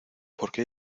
porque